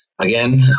Again